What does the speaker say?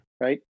right